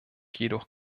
jedoch